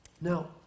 now